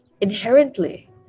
inherently